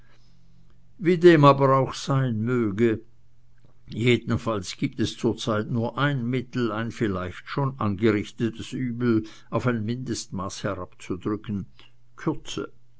wie dem aber auch sein möge jedenfalls gibt es zur zeit nur ein mittel ein vielleicht schon angerichtetes übel auf ein mindestmaß herabzudrücken kürze